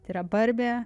tai yra barbė